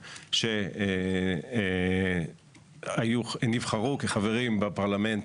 ירושלים, שנבחרו כחברים בפרלמנט